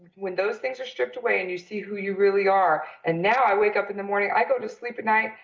when those things are stripped away and you see who you really are. and, now i wake up in the morning, i go to sleep at night,